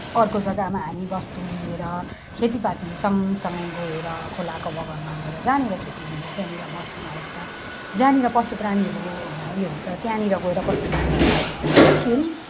अर्को जग्गामा हामी वस्तु लिएर खेतीपाती सँग सँगै गएर खोलाको बगरमा गएर जहाँनिर खेती हुन्छ त्यहाँनिर बस्ने अवस्था जहाँनिर पशु प्राणीहरू उयो हुन्छ त्यहाँनिर गएर पशु प्राणीलाई पाल्ने अवस्था जुन थियो नि